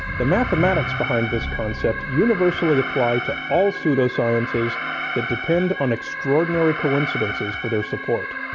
the mathematics behind this concept universally apply to all pseudosciences that depend on extraordinary coincidences for their support.